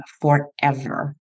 forever